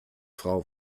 frau